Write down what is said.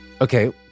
Okay